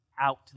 out